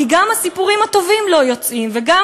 כי גם הסיפורים הטובים לא יוצאים וגם